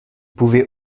pouvait